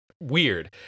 weird